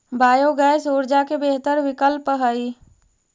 biogas ऊर्जा के बेहतर विकल्प हई